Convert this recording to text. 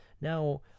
Now